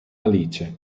alice